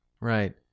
right